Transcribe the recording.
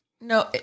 No